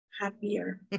happier